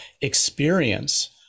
experience